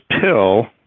pill